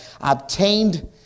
obtained